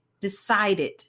decided